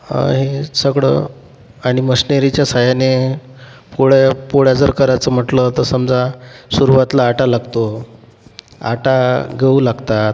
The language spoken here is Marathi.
आहे सगळं आणि मशनरीच्या सहाय्याने पोळ्या पोळ्या जर करायचं म्हटलं तर समजा सुरवातला आटा लागतो आटा गहू लागतात